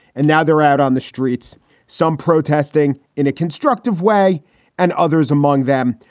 and now they're out on the. so treats some protesting in a constructive way and others among them,